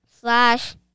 slash